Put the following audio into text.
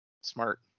Smart